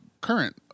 current